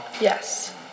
Yes